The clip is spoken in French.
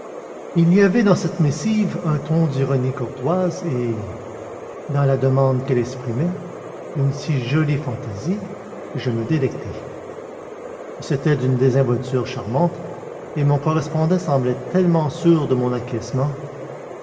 il y avait dans cette missive un ton d'ironie courtoise et dans la demande qu'elle exprimait une si jolie fantaisie que je me délectai c'était d'une désinvolture charmante et mon correspondant semblait tellement sûr de mon